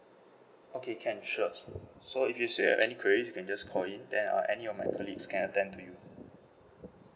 okay can sure so if you still have any queries you can just call in then uh any of my colleagues can attend to you